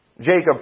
Jacob